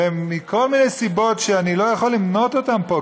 מכל מיני סיבות שאני לא יכול למנות אותן פה,